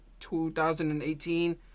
2018